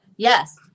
Yes